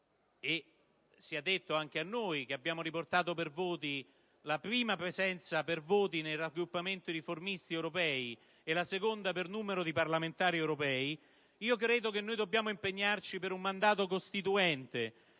e mi rivolgo anche a noi, che abbiamo riportato la prima presenza per numero di voti nel raggruppamento dei riformisti europei e la seconda per numero di parlamentari europei. Credo che dobbiamo impegnarci per un mandato costituente,